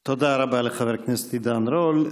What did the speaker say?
תודה רבה לחבר הכנסת עידן רול.